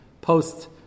post